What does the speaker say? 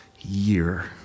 year